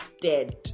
dead